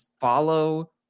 follow